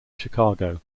chicago